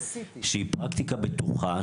היא פרקטיקה בטוחה,